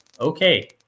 okay